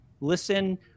listen